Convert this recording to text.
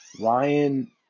Ryan